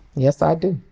yes, i do.